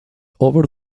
over